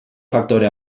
faktore